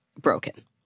broken